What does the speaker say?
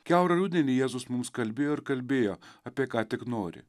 kiaurą rudenį jėzus mums kalbėjo ir kalbėjo apie ką tik nori